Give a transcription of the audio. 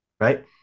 right